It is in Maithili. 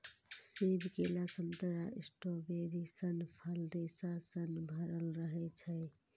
सेब, केला, संतरा, स्ट्रॉबेरी सन फल रेशा सं भरल रहै छै